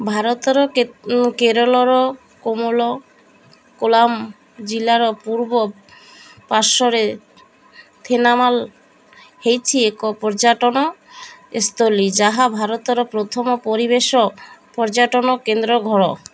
ଭାରତର କେରଳର କୋଲାମ ଜିଲ୍ଲାର ପୂର୍ବ ପାର୍ଶ୍ୱରେ ଥେନମାଲା ହେଉଛି ଏକ ପର୍ଯ୍ୟଟନ ସ୍ଥଳୀ ଯାହା ଭାରତର ପ୍ରଥମ ପରିବେଶ ପର୍ଯ୍ୟଟନ କେନ୍ଦ୍ରର ଘର